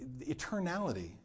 eternality